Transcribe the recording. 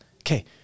Okay